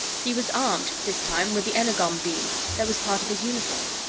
he was armed, this time, with the energon-beam that was part of his uniform.